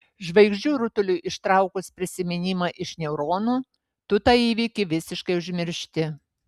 žvaigždžių rutuliui ištraukus prisiminimą iš neuronų tu tą įvykį visiškai užmiršti